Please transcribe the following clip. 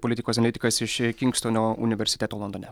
politikos analitikas iš kingstono universiteto londone